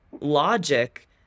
logic